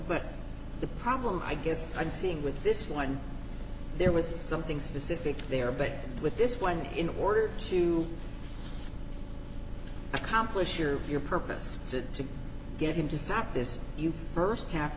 but the problem i guess i'm seeing with this one there was something specific there but with this one in order to accomplish or your purpose is to get him to stop this you st have